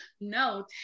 No